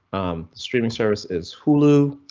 um streaming services hulu.